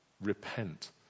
Repent